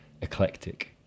eclectic